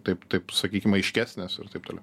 taip taip sakykim aiškesnės ir taip toliau